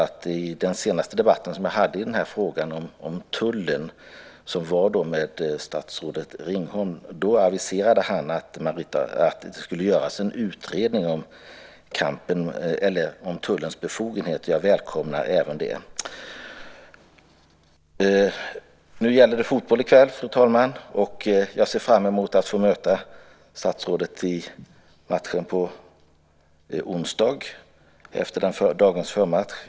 I min senaste debatt om tullen, en debatt som jag hade med statsrådet Ringholm, aviserade han att det skulle göras en utredning om tullens befogenheter. Jag välkomnar även det. I kväll gäller det fotboll, fru talman! Jag ser också fram emot att få möta statsrådet i matchen på onsdag efter dagens förmatch.